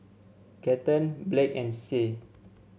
Cathern Blake and Sie